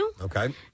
Okay